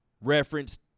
reference